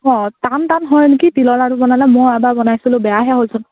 অঁ টান টান হয় নেকি তিলৰ লাডু বনালে মই এবাৰ বনাইছিলোঁ বেয়াহে হ'লচোন